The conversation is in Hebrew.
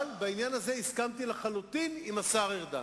אבל בעניין הזה הסכמתי לחלוטין עם השר ארדן.